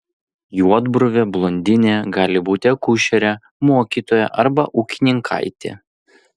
juodbruvė blondinė gali būti akušerė mokytoja arba ūkininkaitė